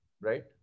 right